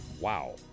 Wow